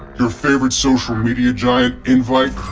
your favorite social media giant, invite,